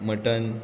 mutton